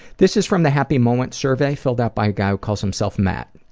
this is from the happy moments survey, filled out by a guy who calls himself matt.